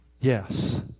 yes